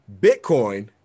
Bitcoin